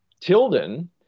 Tilden